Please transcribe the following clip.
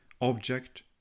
object